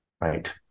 right